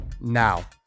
now